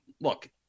look